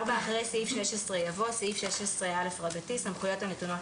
(4)אחרי סעיף 16 יבוא: "16א.סמכויות הנתונות